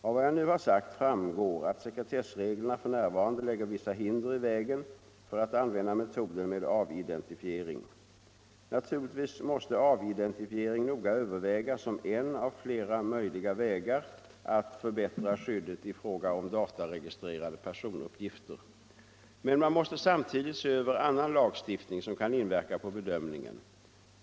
Av vad jag nu har sagt framgår att sekretessreglerna f. n. lägger vissa hinder i vägen för att använda metoden med avidentifiering. Naturligtvis måste avidentifiering noga övervägas som en av flera möjliga vägar att förbättra skyddet i fråga om dataregistrerade personuppgifter. Men man måste samtidigt se över annan lagstiftning som kan inverka på bedömningen.